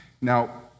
Now